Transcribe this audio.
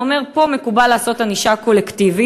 זה אומר: פה מקובל לעשות ענישה קולקטיבית.